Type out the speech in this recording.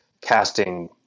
casting